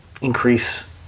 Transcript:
increase